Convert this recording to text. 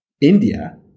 India